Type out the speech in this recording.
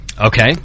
Okay